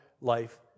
life